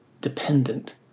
dependent